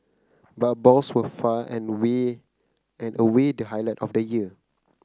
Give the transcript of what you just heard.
but balls were far and way and away the highlight of the year